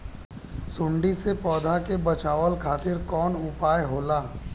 सुंडी से पौधा के बचावल खातिर कौन उपाय होला?